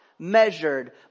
...measured